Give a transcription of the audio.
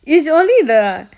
it's only the